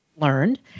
learned